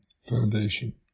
foundation